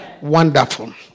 Wonderful